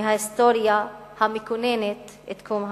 מההיסטוריה המכוננת את קום המדינה,